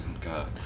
God